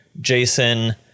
Jason